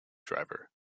driver